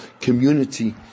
community